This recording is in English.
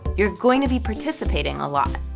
you're going to be participating a lot!